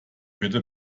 bitte